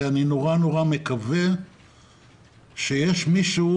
אני נורא מקווה שיש מישהו